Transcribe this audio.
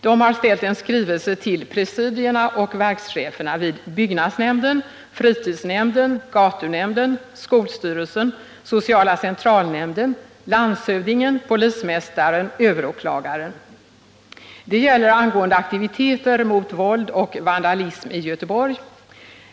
De har ställt en skrivelse till presidierna och verkscheferna vid byggnadsnämnden, fritidsnämnden, gatunämnden, skolstyrelsen, sociala centralnämnden, landshövdingen, polismästaren och överåklagaren. Det gäller aktiviteter mot våld och vandalism i Göteborg.